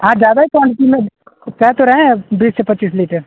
हाँ ज्यादा ही क्वान्टिटी में कहे तो रहे हैं बीस से पच्चीस लीटर